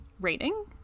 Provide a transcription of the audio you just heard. rating